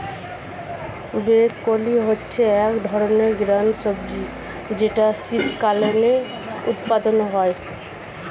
broccoli হচ্ছে এক ধরনের গ্রিন সবজি যেটার শীতকালীন উৎপাদন হয়ে